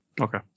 Okay